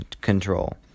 control